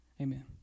Amen